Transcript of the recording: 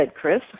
Chris